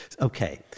Okay